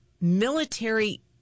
military